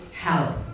help